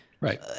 Right